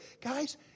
Guys